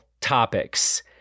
topics